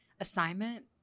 assignment